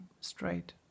straight